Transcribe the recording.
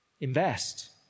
invest